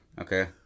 Okay